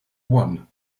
one